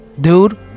Dude